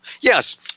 Yes